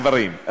הגברים,